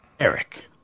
Eric